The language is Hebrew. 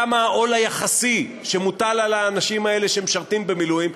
כמה העול היחסי שמוטל על האנשים האלה שמשרתים במילואים,